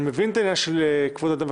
אני מבין את העניין של כבוד האדם וחירותו,